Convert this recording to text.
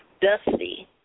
Dusty